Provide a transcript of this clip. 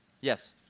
Yes